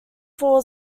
school